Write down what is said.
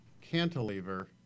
cantilever